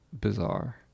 bizarre